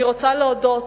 אני רוצה להודות,